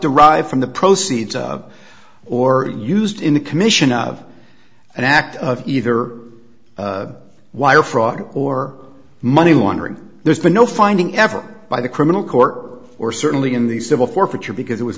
derived from the proceeds of or used in the commission of an act of either wire fraud or money laundering there's been no finding ever by the criminal court or certainly in the civil forfeiture because it was